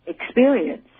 experience